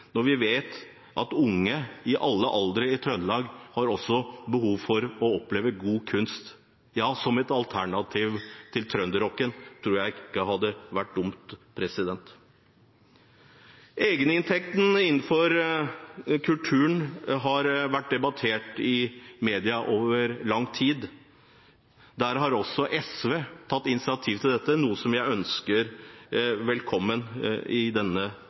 når vi vet at unge i alle aldre i Trøndelag også har behov for å oppleve god kunst – ja, som et alternativ til trønderrocken, det tror jeg ikke hadde vært dumt. Egeninntekten innenfor kulturen har vært debattert i media over lang tid. Der har også SV tatt initiativ, noe som jeg ønsker velkommen i denne